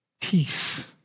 peace